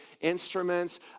instruments